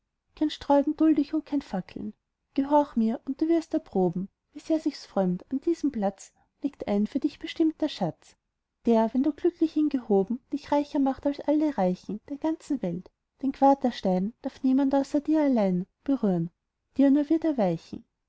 kein sträuben duld ich und kein fackeln gehorch mir und du wirst erproben wie sehr dir's frommt an diesem platz liegt ein für dich bestimmter schatz der wenn du glücklich ihn gehoben dich reicher macht als alle reichen der ganzen welt den quaderstein darf niemand außer dir allein berühren dir nur wird er weichen